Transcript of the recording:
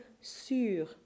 sur